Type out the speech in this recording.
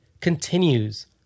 continues